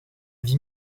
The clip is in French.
vie